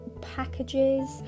packages